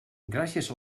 gràcies